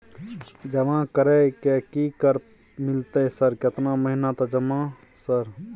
जमा कर के की कर मिलते है सर केतना महीना तक जमा सर?